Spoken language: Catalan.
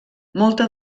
molta